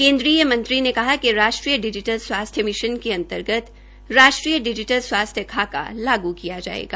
केन्द्रीय मंत्री ने कहा कि राष्ट्रीय डिजीटल स्वास्थ्य मिशन के अंतर्गत राष्ट्रीय डिजीटल स्वास्थ्य खाका लागू किया जायेगा